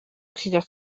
kwiga